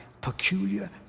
peculiar